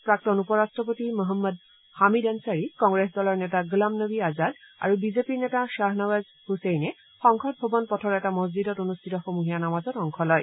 প্ৰাক্তন উপৰট্টপতি মোহাম্মদ হামিদ আনচাৰী কংগ্ৰেছ দলৰ নেতা গুলাম নবী আজাদ আৰু বিজেপিৰ নেতা খাহনৱাজ ছছেইনে সংসদ ভৱন পথৰ এটা মছজিদত অনুষ্ঠিত সমূহীয়া নামাজত অংশ লয়